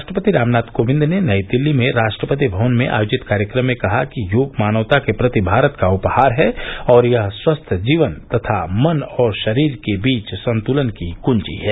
राष्ट्रपति रामनाथ कोविद ने नई दिल्ली में राष्ट्रपति भवन में आयोजित कार्यक्रम में कहा कि योग मानवता के प्रति भारत का उपहार है और यह स्वस्थ जीवन तथा मन और शरीर के बीच संतुलन की कुंजी है